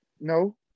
No